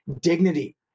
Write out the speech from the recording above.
dignity